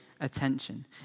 attention